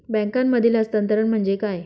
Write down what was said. बँकांमधील हस्तांतरण म्हणजे काय?